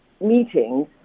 meetings